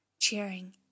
cheering